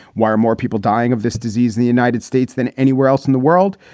why are more people dying of this disease in the united states than anywhere else in the world?